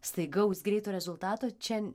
staigaus greito rezultato čia